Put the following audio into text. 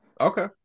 Okay